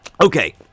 Okay